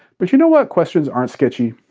but, you know what questions aren't sketchy?